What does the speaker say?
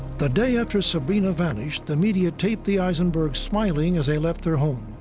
the day after sabrina vanished, the media taped the aisenbergs smiling as they left their home.